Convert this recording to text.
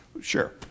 Sure